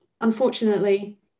Unfortunately